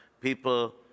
people